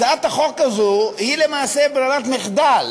הצעת החוק הזו היא למעשה ברירת מחדל.